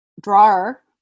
drawer